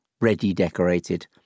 ready-decorated